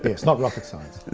it's not rocket science.